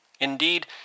Indeed